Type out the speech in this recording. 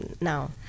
now